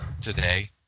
today